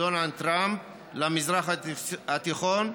דונלד טראמפ למזרח התיכון,